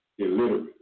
illiterate